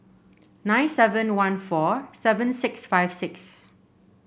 nine seven one four seven six five six